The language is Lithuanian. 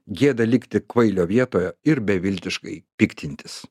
gėda likti kvailio vietoje ir beviltiškai piktintis